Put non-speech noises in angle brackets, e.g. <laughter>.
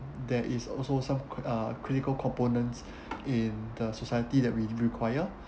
there is also some uh critical components <breath> in the society that we require